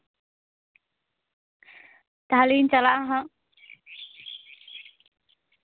ᱛᱟᱦᱞᱮᱧ ᱪᱟᱞᱟᱜᱼᱟ ᱦᱟᱸᱜ